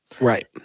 Right